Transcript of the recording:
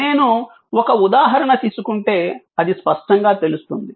నేను ఒక ఉదాహరణ తీసుకుంటే అది స్పష్టంగా తెలుస్తుంది